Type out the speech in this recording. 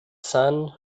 sun